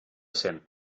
cent